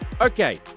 Okay